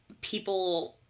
people